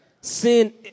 Sin